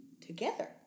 together